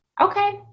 Okay